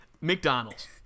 McDonald's